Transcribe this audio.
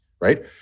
right